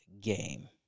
game